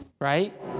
right